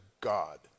God